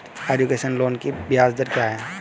Education loan की ब्याज दर क्या है?